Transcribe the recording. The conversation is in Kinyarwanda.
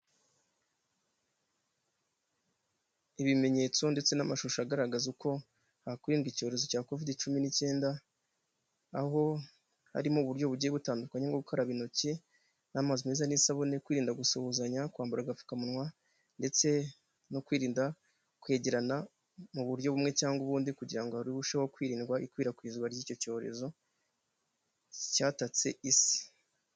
Ibimenyetso ndetse n'amashusho agaragaza uko hakwidwa icyorezo cya covid cumi n'icyenda, aho harimo uburyo bugiye butandukanye nko gukaraba intoki n'amazi meza n'isabune, kwirinda gusuhuzanya, kwambara agapfukamunwa, ndetse no kwirinda kwegerana mu buryo bumwe cyangwa ubundi, kugira ngo harusheho kwirindwa ikwirakwizwa ry'icyo cyorezo cyatatse isi.